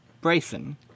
Bryson